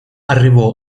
arrivò